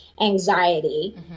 anxiety